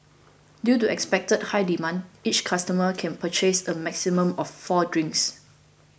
due to expected high demand each customer can purchase a maximum of four drinks